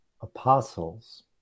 apostles